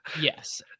Yes